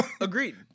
Agreed